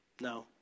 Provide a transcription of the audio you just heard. No